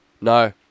No